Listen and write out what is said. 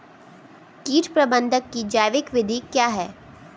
कीट प्रबंधक की जैविक विधि क्या है?